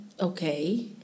Okay